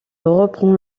reprend